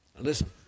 Listen